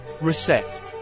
reset